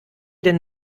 denn